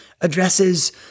addresses